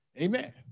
Amen